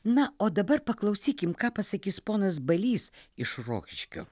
na o dabar paklausykim ką pasakys ponas balys iš rokiškio